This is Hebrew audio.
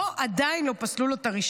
פה עדיין לא פסלו לו את הרישיון.